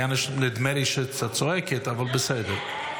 היה נדמה לי שאת צודקת, אבל בסדר.